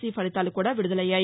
C భలితాలు కూడా విడుదలయ్యాయి